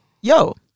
Yo